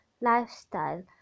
lifestyle